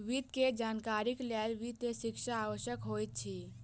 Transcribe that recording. वित्त के जानकारीक लेल वित्तीय शिक्षा आवश्यक होइत अछि